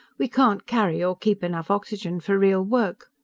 we can't carry or keep enough oxygen for real work.